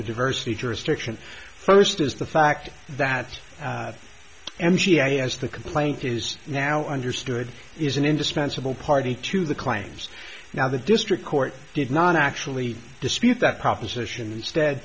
diversity jurisdiction first is the fact that m c i has the complaint is now understood is an indispensable party to the claims now the district court did not actually dispute that proposition instead